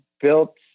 built